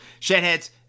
Shedheads